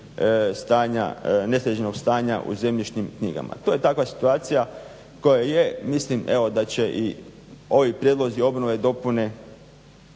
sadašnjeg nesređenog stanja u zemljišnim knjigama. To je takva situacija koja je. Mislim evo da će i ovi prijedlozi obnove, dopune